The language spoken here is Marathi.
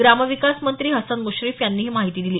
ग्रामविकास मंत्री हसन मुश्रीफ यांनी ही माहिती दिली